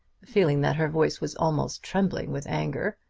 feeling that her voice was almost trembling with anger,